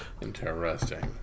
Interesting